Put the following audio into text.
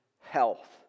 health